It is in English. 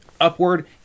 upward